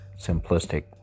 simplistic